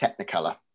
Technicolor